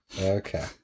Okay